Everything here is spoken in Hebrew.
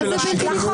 זה לא לרשות הנבחרת.